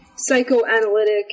Psychoanalytic